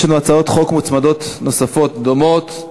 יש לנו הצעות חוק מוצמדות נוספות דומות.